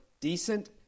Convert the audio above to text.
decent